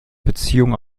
beziehungen